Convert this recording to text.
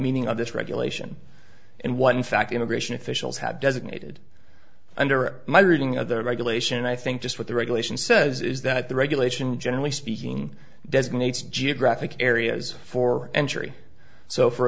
meaning of this regulation in one fact immigration officials have designated under my reading of the regulation i think just what the regulation says is that the regulation generally speaking designates geographic areas for entry so for